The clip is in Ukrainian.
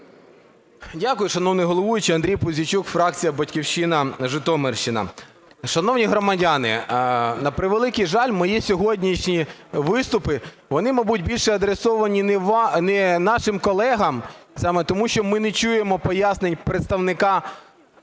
Дякую, шановний головуючий. Андрій Пузійчук, фракція "Батьківщина", Житомирщина. Шановні громадяни, на превеликий жаль, мої сьогоднішні виступи, вони, мабуть, більше адресовані не нашим колегам саме тому, що ми не чуємо пояснень представника